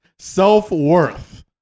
self-worth